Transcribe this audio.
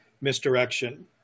misdirection